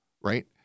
right